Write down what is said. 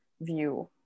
view